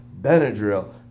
Benadryl